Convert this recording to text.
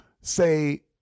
say